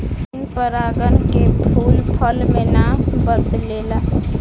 बिन परागन के फूल फल मे ना बदलेला